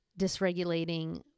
dysregulating